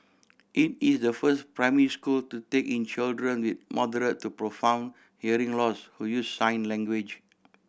it is the first primary school to take in children with moderate to profound hearing loss who use sign language